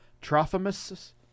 Trophimus